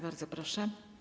Bardzo proszę.